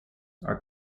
are